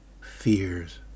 fears